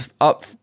up